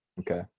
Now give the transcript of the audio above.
Okay